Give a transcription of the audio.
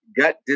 gut